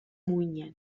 muinean